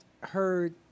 heard